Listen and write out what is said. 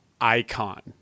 icon